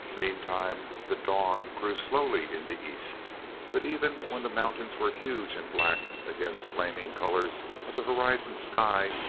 meantime the dawn grew slowly in the east but even when the mountains were huge and black against flaming colors of the horizon sky,